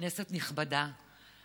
כנסת נכבדה,